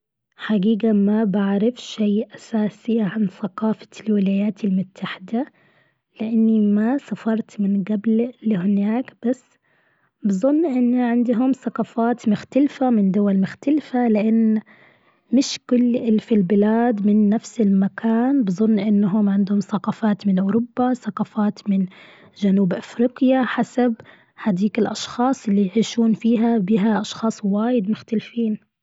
حقيقة ما بعرف شيء أساسي عن ثقافة الولايات المتحدة. لأني ما سافرت من قبل لهناك بس. بظن أن عندهم ثقافات مختلفة من دول مختلفة لأن مش كل اللي في البلاد من نفس المكان بظن أنهم عندهم ثقافات من إوروبا ثقافات من جنوب أفريقيا حسب هديك الأشخاص اللي يعيشون فيها بها اشخاص وايد مختلفين.